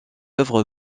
œuvre